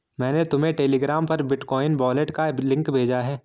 मैंने तुम्हें टेलीग्राम पर बिटकॉइन वॉलेट का लिंक भेजा है